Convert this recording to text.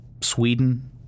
Sweden